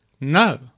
No